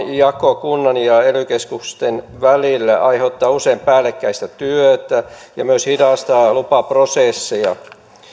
jako kunnan ja ely keskusten välillä aiheuttaa usein päällekkäistä työtä ja myös hidastaa lupaprosesseja